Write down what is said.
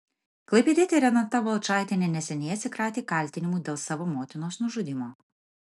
klaipėdietė renata balčaitienė neseniai atsikratė kaltinimų dėl savo motinos nužudymo